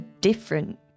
different